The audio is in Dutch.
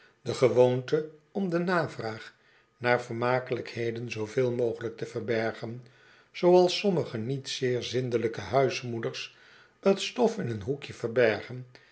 de gewoonte om de navraag naar vermakelijkheden zooveel mogelijk te verbergen zooals sommige niet zeer zindelijkehuismoeders t stof in een hoekje verbergen